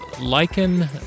lichen